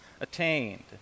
attained